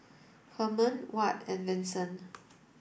Hermann Watt and Vincent